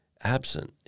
absent